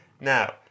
Now